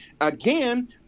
Again